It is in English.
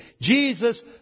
Jesus